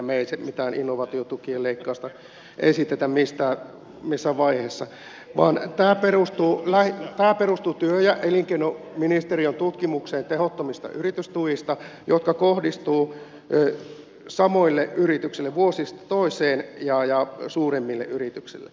me emme mitään innovaatiotukien leikkausta esitä missään vaiheessa vaan tämä perustuu työ ja elinkeinoministeriön tutkimukseen tehottomista yritystuista jotka kohdistuvat samoille yrityksille vuodesta toiseen ja suuremmille yrityksille